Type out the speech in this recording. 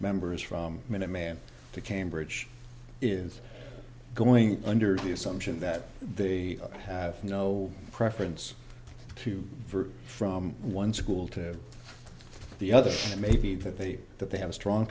members from minuteman to cambridge is going under the assumption that they have no preference for from one school to the other may be that they that they have a strong